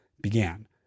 began